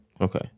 Okay